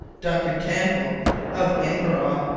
duncan campbell of inverawe,